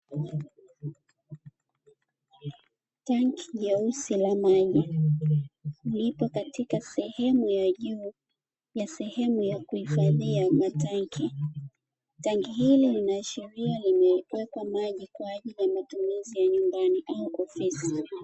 Tanki jeusi la maji lipo katika sehemu ya juu ya sehemu ya kuhifadhia matanki. Tanki hili linaashiria limewekwa maji kwa ajili ya matumizi ya nyumbani au ofisi.